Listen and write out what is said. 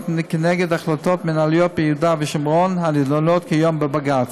כנגד החלטות מינהליות ביהודה ושומרון הנדונות כיום בבג"ץ.